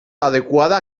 adequada